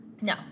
No